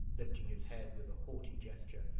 lifting his head with a haughty gesture,